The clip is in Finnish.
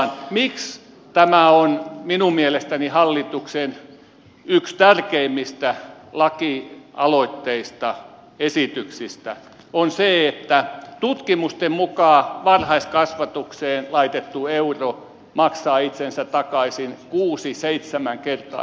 syy siihen miksi tämä on minun mielestäni hallituksen yksi tärkeimmistä lakiesityksistä on se että tutkimusten mukaan varhaiskasvatukseen laitettu euro maksaa itsensä takaisin kuusi seitsemänkertaisesti